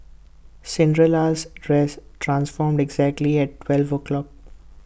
Cinderella's dress transformed exactly at twelve o'clock